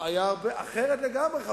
אחרת לגמרי.